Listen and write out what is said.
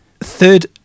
third